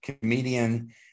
comedian